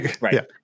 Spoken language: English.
Right